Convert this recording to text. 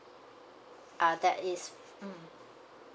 uh that is mm